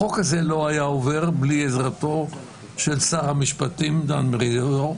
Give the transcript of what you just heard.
החוק הזה לא היה עובר בלי עזרתו של שר המשפטים דאז דן מרידור,